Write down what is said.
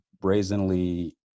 brazenly